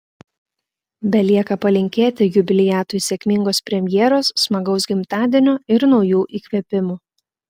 belieka palinkėti jubiliatui sėkmingos premjeros smagaus gimtadienio ir naujų įkvėpimų